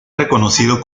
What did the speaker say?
reconocido